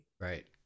Right